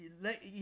let